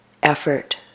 Effort